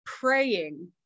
praying